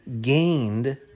gained